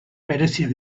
bereziak